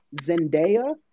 Zendaya